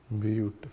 Beautiful